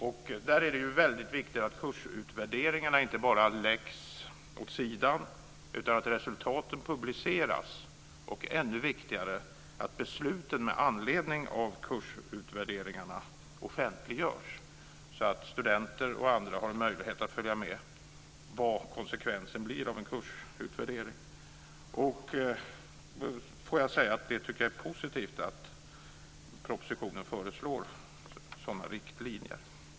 Det är väldigt viktigt att kursutvärderingarna inte bara läggs åt sidan utan att resultatet publiceras och, ännu viktigare, att besluten med anledning av kursutvärderingarna offentliggörs, så att studenter och andra har möjlighet att följa vad konsekvensen blir av en kursutvärdering. Jag får säga att jag tycker att det är positivt att sådana riktlinjer föreslås i propositionen.